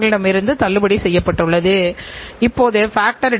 நாம் ஏன் துணைக்குச் செல்கிறோம்